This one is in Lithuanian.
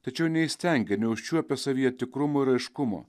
tačiau neįstengia neužčiuopia savyje tikrumo ir aiškumo